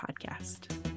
Podcast